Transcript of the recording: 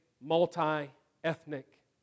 multi-ethnic